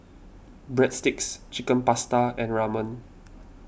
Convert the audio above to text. Breadsticks Chicken Pasta and Ramen